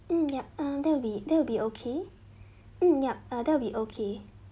hmm yup uh that will be that will be okay hmm yup uh that will be okay